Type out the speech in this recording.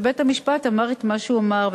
ובית-המשפט אמר את מה שהוא אמר.